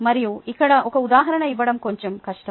మీకు ఇక్కడ ఒక ఉదాహరణ ఇవ్వడం కొంచెం కష్టం